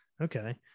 Okay